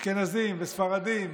אשכנזים וספרדים,